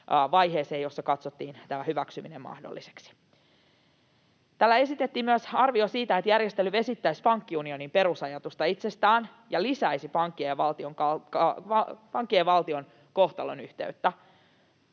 vaiheeseen, jossa katsottiin tämä hyväksyminen mahdolliseksi. Täällä esitettiin myös arvio siitä, että järjestely vesittäisi pankkiunionin perusajatusta itsestään ja lisäisi pankkien ja valtion kohtalonyhteyttä.